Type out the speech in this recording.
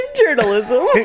journalism